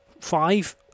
five